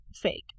fake